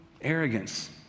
arrogance